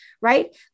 right